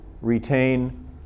retain